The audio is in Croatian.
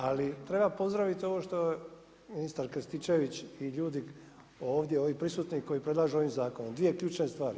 Ali treba pozdraviti ovo što je ministar Krstičević i ljudi ovdje ovi prisutni koji predlažu ovaj zakon, dvije ključne stvari.